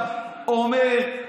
אומר,